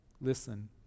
Listen